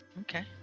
Okay